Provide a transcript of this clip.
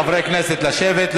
חברי הכנסת, לשבת.